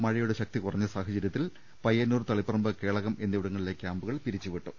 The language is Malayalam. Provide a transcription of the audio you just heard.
മഴയുടെ ശക്തി കുറഞ്ഞ സാചര്യ ത്തിൽ പയ്യന്നൂർ തളിപ്പറമ്പ് കേളകം എന്നിവിടങ്ങളിലെ കൃാമ്പൂ കൾ പിരിച്ചുവിട്ടു